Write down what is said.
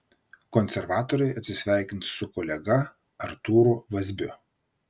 konservatoriai atsisveikins su kolega artūru vazbiu